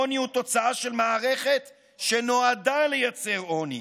עוני הוא תוצאה של מערכת שנועדה לייצר עוני,